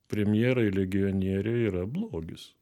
premjerai legionieriai yra blogis